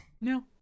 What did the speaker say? no